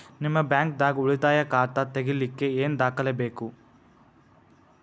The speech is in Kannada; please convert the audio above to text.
ನಿಮ್ಮ ಬ್ಯಾಂಕ್ ದಾಗ್ ಉಳಿತಾಯ ಖಾತಾ ತೆಗಿಲಿಕ್ಕೆ ಏನ್ ದಾಖಲೆ ಬೇಕು?